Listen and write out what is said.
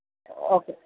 okay